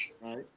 right